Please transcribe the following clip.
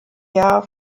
jahr